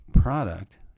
product